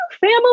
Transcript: family